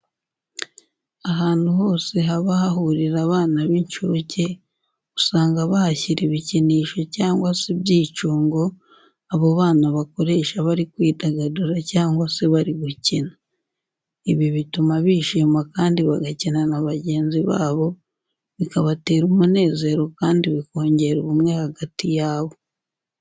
Ahantu hose haba hahurira abana b'incuke, usanga bahashyira ibikinisho cyangwa se ibyicungo abo bana bakoresha bari kwidagadura cyangwa se bari gukina. Ibi bituma bishima kandi bagakina na bagenzi babo bikabatera umunezero kandi bikongera ubumwe hagati yabo.